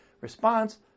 response